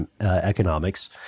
economics